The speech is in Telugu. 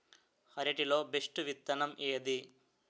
అరటి లో బెస్టు విత్తనం ఏది?